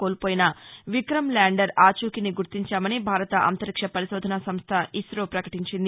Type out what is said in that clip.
కోల్పోయిన విక్రమ్ ల్యాండర్ ఆచూకీని గుర్తించామని భారత అంతరిక్ష పరిశోధనా సంస్థ ఇసో వకటించింది